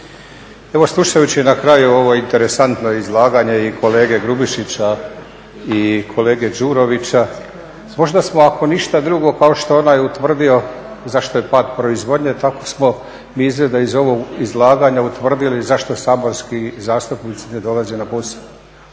Evo slušajući na kraju ovo interesantno izlaganje i kolege Grubišića i kolege Đurovića možda smo ako ništa drugo kao što je onaj utvrdio zašto je pad proizvodnje tako smo mi izgleda iz ovog izlaganja utvrdili zašto saborski zastupnici ne dolaze na posao